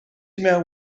mewn